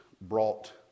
brought